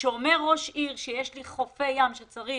כשאומר ראש עיר שיש לו חופי ים וצריך